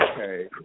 okay